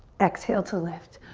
exhale to lift.